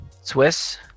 Swiss